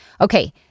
Okay